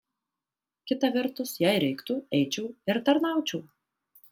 kita vertus jei reiktų eičiau ir tarnaučiau